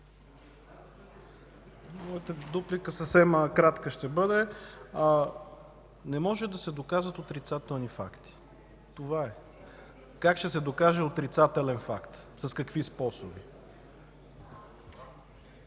ще бъде съвсем кратка. Не може да се доказват отрицателни факти – това е. Как ще се докаже отрицателен факт, с какви способи?